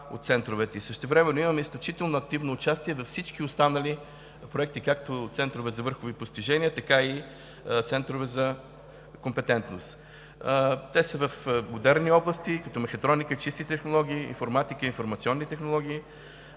от центровете. Същевременно имаме изключително активно участие във всички останали проекти – както центрове за върхови постижения, така и центрове за компетентност. Те са в модерни области, като мехатроника и чисти технологии, информатика и информационни и